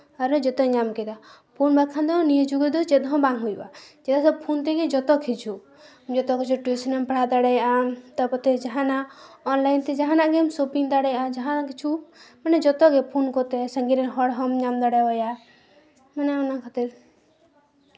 ᱟᱨᱚ ᱡᱚᱛᱚᱭ ᱧᱟᱢ ᱠᱮᱫᱟ ᱯᱷᱳᱱ ᱵᱟᱠᱷᱟᱱ ᱫᱚ ᱱᱤᱭᱟᱹ ᱡᱩᱜᱽ ᱨᱮᱫᱚ ᱪᱮᱫ ᱦᱚᱸ ᱵᱟᱝ ᱦᱩᱭᱩᱜᱼᱟ ᱪᱮᱫᱟᱜ ᱥᱮ ᱯᱷᱳᱱ ᱛᱮᱜᱮ ᱡᱚᱛᱚ ᱠᱤᱪᱷᱩ ᱡᱚᱛᱚ ᱠᱤᱪᱷᱩ ᱴᱤᱭᱩᱥᱚᱱ ᱮᱢ ᱯᱟᱲᱦᱟᱣ ᱫᱟᱲᱮᱭᱟᱜᱼᱟ ᱛᱟᱯᱚᱛᱮ ᱚᱱᱞᱟᱭᱤᱱ ᱛᱮ ᱡᱟᱦᱟᱱᱟᱜ ᱜᱮᱢ ᱥᱚᱯᱤᱝ ᱫᱟᱲᱮᱭᱟᱜᱼᱟ ᱡᱟᱦᱟᱸ ᱠᱤᱪᱷᱩ ᱢᱟᱱᱮ ᱡᱚᱛᱚᱜᱮ ᱯᱷᱳᱱ ᱠᱚᱛᱮ ᱥᱟᱺᱜᱤᱧ ᱨᱮᱱ ᱦᱚᱲ ᱦᱚᱸᱢ ᱧᱟᱢ ᱫᱟᱲᱮ ᱟᱭᱟ ᱢᱟᱱᱮ ᱚᱱᱟ ᱠᱷᱟᱹᱛᱤᱨ